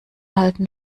halten